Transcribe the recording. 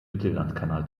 mittellandkanal